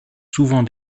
souvent